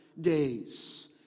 days